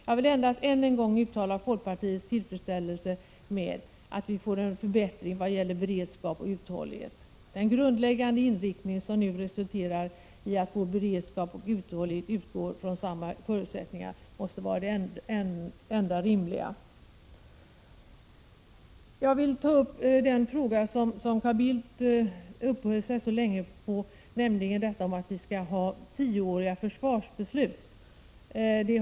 Jag vill endast än en gång uttala folkpartiets tillfredsställelse med att vi får en förbättring i vad gäller beredskap och uthållighet. Den grundläggande inriktning som nu resulterar i att vår beredskap och uthållighet utgår från samma förutsättningar måste vara den enda rimliga. Jag vill ta upp den fråga som Carl Bildt uppehöll sig så länge vid, nämligen att vi skall ha tioåriga försvarsbeslut.